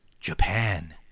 Japan